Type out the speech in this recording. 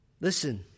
listen